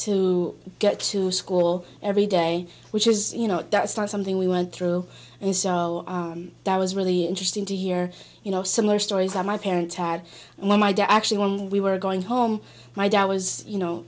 to get to school every day which is you know that's not something we went through and so that was really interesting to hear you know similar stories that my parents had when my dad actually when we were going home my dad was you know